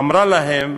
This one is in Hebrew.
אמרה להם: